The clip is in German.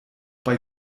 bei